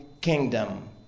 kingdom